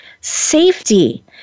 safety